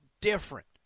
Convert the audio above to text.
different